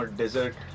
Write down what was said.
dessert